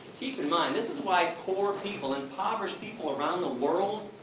keep in mind, this is why poor people, impoverished people around the world.